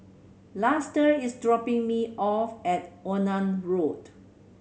Luster is dropping me off at Onan Road